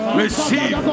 receive